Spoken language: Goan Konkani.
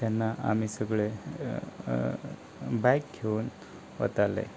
तेन्ना आमी सगले बायक घेवन वताले